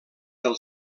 del